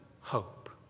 hope